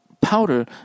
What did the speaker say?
powder